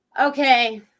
Okay